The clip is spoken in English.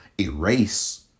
erase